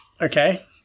Okay